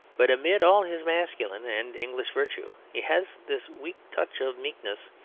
but amid all his masculine and english virtue, he has this weak touch of meekness,